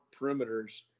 perimeters